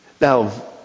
Now